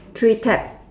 three tap